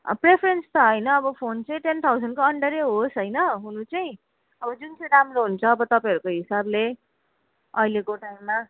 patience त होइन अब फोन चाहिँ टेन थाउजन्डको अन्डरै होस् होइन हुनु चाहिँ अब जुन चाहिँ राम्रो हुन्छ अब तपाईँहरूको हिसाबले अहिलेको टाइममा